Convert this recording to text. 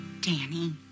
Danny